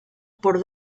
por